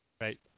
right